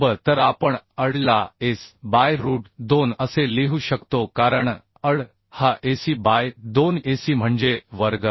तर आपण AD ला S बाय रूट 2 असे लिहू शकतो कारण AD हा AC बाय 2 AC म्हणजे वर्ग आहे